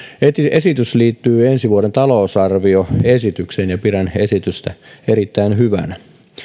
esitys liittyy ensi vuoden talousarvioesitykseen ja pidän esitystä erittäin hyvänä